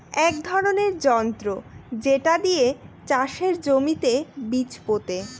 এক ধরনের যন্ত্র যেটা দিয়ে চাষের জমিতে বীজ পোতে